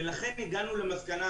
ולכן הגענו למסקנה,